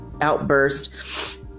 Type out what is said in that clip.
outburst